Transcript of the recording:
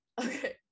Okay